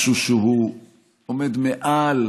משהו שעומד מעל